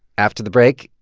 after the break,